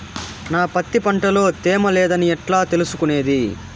నా పత్తి పంట లో తేమ లేదని ఎట్లా తెలుసుకునేది?